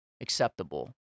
acceptable